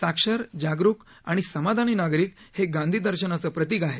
साक्षर जागरुक आणि समाधानी नागरिक हे गांधी दर्शनाचं प्रतिक आहे